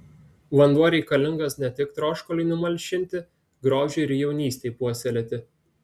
vanduo reikalingas ne tik troškuliui numalšinti grožiui ir jaunystei puoselėti